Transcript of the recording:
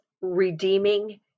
redeeming